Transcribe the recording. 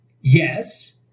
Yes